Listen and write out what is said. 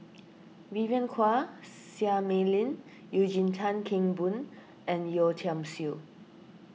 Vivien Quahe Seah Mei Lin Eugene Tan Kheng Boon and Yeo Tiam Siew